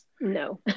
No